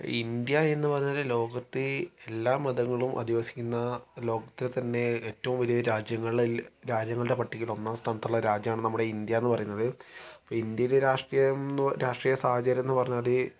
India എന്ന് പറഞ്ഞാൽ ലോകത്തെ എല്ലാ മതങ്ങളും അധിവസിക്കുന്ന ലോകത്തിലെ തന്നെ ഏറ്റവും വലിയ രാജ്യങ്ങളുടെ രാജ്യങ്ങളുടെ പട്ടികയിൽ ഒന്നാം സ്ഥാനത്തുള്ള രാജ്യമാണ് നമ്മുടെ ഇന്ത്യ എന്ന് പറയുന്നത് അപ്പം ഇന്ത്യയിലെ രാഷ്ട്രീയം എന്ന് രാഷ്ട്രീയ സാഹചര്യം എന്ന് പറഞ്ഞാൽ